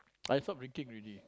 I stop drinking already